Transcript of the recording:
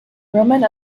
roman